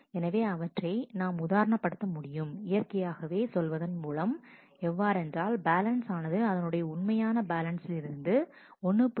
எனவே அவற்றை நாம் உதாரணம் படுத்த முடியும் இயற்கையாகவே சொல்வதன் மூலம் எவ்வாறென்றால் பேலன்ஸ் ஆனது அதனுடைய உண்மையான பேலன்ஸில் இருந்து 1